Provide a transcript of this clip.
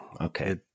okay